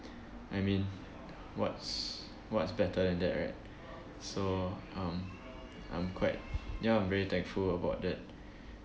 I mean what's what's better than that right so um I'm quite yeah I'm very thankful about that